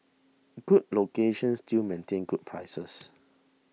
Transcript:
good locations still maintain good prices